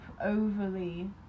overly